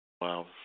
Wow